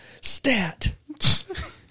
stat